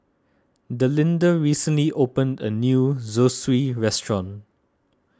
Delinda recently opened a new Zosui restaurant